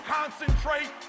concentrate